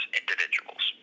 individuals